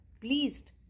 pleased